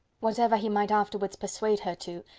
whatever he might afterwards persuade her to,